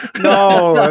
No